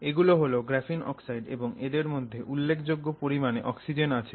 এগুলো হল graphene oxide এবং এদের মধ্যে উল্লেখযোগ্য পরিমাণে অক্সিজেন আছে